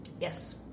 Yes